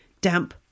damp